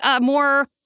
more